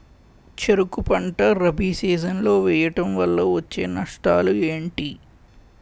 చెరుకు పంట రబీ సీజన్ లో వేయటం వల్ల వచ్చే నష్టాలు ఏంటి?